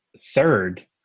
third